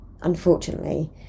unfortunately